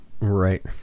Right